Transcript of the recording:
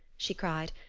she cried.